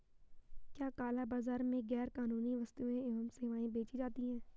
क्या काला बाजार में गैर कानूनी वस्तुएँ एवं सेवाएं बेची जाती हैं?